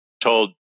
told